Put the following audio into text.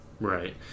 right